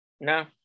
No